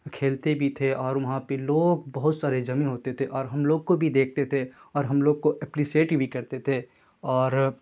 کھیلتے بھی تھے اور وہاں پہ لوگ بہت سارے جمع ہوتے تھے اور ہم لوگ کو بھی دیکھتے تھے اور ہم لوگ کو اپریسیٹ بھی کرتے تھے اور